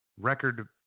Record